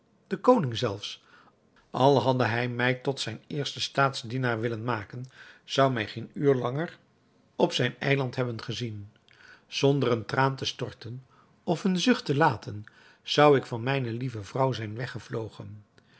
de koning zelfs al hadde hij mij tot zijn eersten staatsdienaar willen maken zou mij geen uur langer op zijn eiland hebben gezien zonder een traan te storten of een zucht te laten zou ik van mijne lieve vrouw zijn weggevlogen